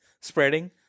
spreading